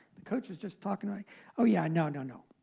the coach was just talking like oh, yeah. no. no. no.